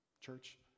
church